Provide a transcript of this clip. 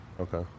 Okay